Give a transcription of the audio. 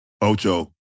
Ocho